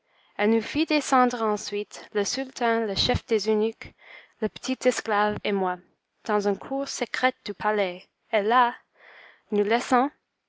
elle nous fit descendre ensuite le sultan le chef des eunuques le petit esclave et moi dans une cour secrète du palais et là nous laissant